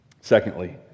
secondly